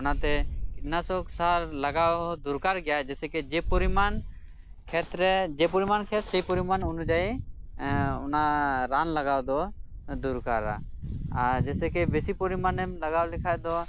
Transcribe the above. ᱚᱱᱟᱛᱮ ᱠᱤᱴᱱᱟᱥᱚᱠ ᱥᱟᱨ ᱞᱟᱜᱟᱣ ᱦᱚᱸ ᱫᱚᱨᱠᱟᱨ ᱜᱮᱭᱟ ᱡᱮᱥᱮᱠᱤ ᱡᱮ ᱯᱚᱨᱤᱢᱟᱱ ᱠᱷᱮᱛ ᱨᱮ ᱡᱮ ᱯᱚᱨᱤᱢᱟᱱ ᱠᱷᱮᱛ ᱥᱮᱭ ᱯᱚᱨᱤᱢᱟᱱ ᱩᱱᱩᱡᱟᱭᱤᱚᱱᱟ ᱨᱟᱱ ᱞᱟᱜᱟᱣ ᱫᱚ ᱫᱚᱨᱠᱟᱨᱟ ᱟᱨ ᱡᱮᱥᱮᱠᱮ ᱵᱮᱥᱤ ᱯᱚᱨᱤᱢᱟᱱᱮᱢ ᱞᱟᱜᱟᱣ ᱞᱮᱠᱷᱟᱡ ᱫᱚ